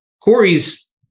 Corey's